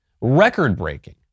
record-breaking